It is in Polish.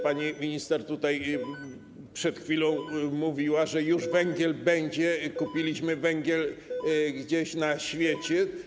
Pani minister tutaj przed chwilą mówiła, że węgiel już będzie, że kupiliśmy węgiel gdzieś na świecie.